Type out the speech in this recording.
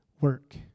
work